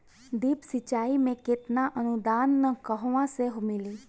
Drip सिंचाई मे केतना अनुदान कहवा से मिली?